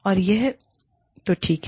और यह तो ठीक है